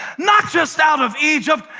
not just out of egypt,